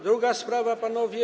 Druga sprawa, panowie.